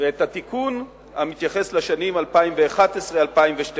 ואת התיקון המתייחס לשנים 2011 ו-2012.